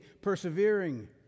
persevering